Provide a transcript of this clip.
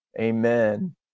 Amen